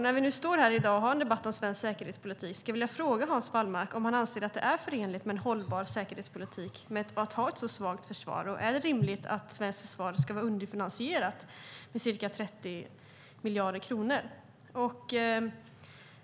När vi nu står här i dag och har en debatt om svensk säkerhetspolitik skulle jag vilja fråga Hans Wallmark om han anser att det är förenligt med en hållbar säkerhetspolitik att ha ett så svagt försvar. Och är det rimligt att svenskt försvar är underfinansierat med ca 30 miljarder kronor?